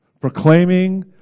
Proclaiming